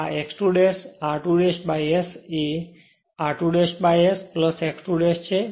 તેથી આ x 2 r2 S એ r2 S x 2 છે